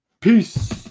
peace